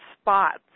spots